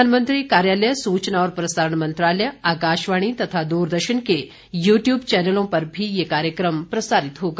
प्रधानमंत्री कार्यालय सूचना और प्रसारण मंत्रालय आकाशवाणी तथा दूरदर्शन के यू ट्यूब चैनलों पर भी यह कार्यक्रम प्रसारित होगा